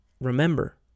remember